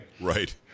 Right